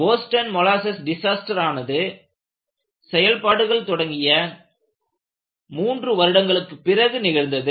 Boston molasses disaster ஆனது செயல்பாடுகள் தொடங்கிய மூன்று வருடங்களுக்கு பிறகு நிகழ்ந்தது